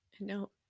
No